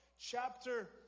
chapter